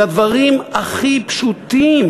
זה הדברים הכי פשוטים,